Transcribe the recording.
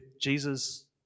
Jesus